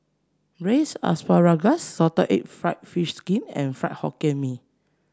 Braised Asparagus Salted Egg fried fish skin and Fried Hokkien Mee